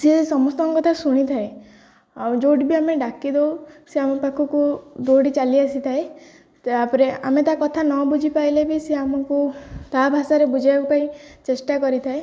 ସିଏ ସମସ୍ତଙ୍କ କଥା ଶୁଣିଥାଏ ଆଉ ଠି ବି ଯେଉଁଠି ଆମେ ଡାକି ଦେଉ ସେ ଆମ ପାଖକୁ ଦୌଡ଼ି ଚାଲି ଆସିଥାଏ ତାପରେ ଆମେ ତା କଥା ନ ବୁଝି ପାରିଲେ ବି ସେ ଆମକୁ ତା ଭାଷାରେ ବୁଝାଇବା ପାଇଁ ଚେଷ୍ଟା କରିଥାଏ